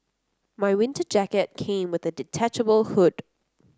my winter jacket came with a detachable hood